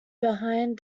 behind